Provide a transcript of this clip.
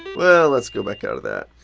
well, let's go back out of that.